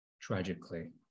Tragically